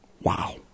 Wow